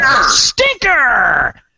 Stinker